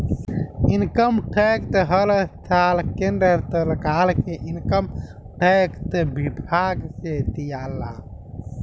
income tax हर साल केंद्र सरकार के इनकम टैक्स विभाग के दियाला